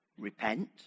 Repent